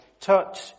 touch